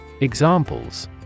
Examples